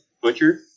butcher